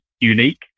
unique